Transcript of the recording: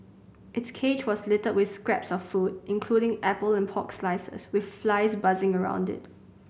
its cage was littered with scraps of food including apple and pork slices with flies buzzing around it